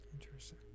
interesting